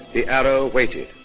the arrow waited.